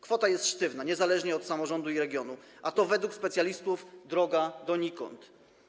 Kwota jest sztywna niezależnie od samorządu i regionu, a to według specjalistów droga donikąd.